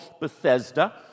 Bethesda